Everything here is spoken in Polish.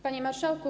Panie Marszałku!